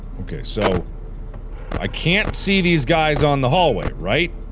okay so i can't see these guys on the hallway, right?